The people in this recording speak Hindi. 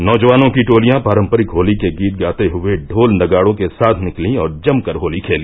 नौजवानों की टोलियां पारम्परिक होली के गीत गाते हुए ढोल नगाडों के साथ निकली और जमकर होली खेली